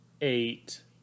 eight